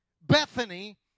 Bethany